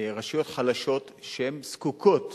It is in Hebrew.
רשויות חלשות, שזקוקות